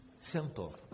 Simple